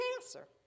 cancer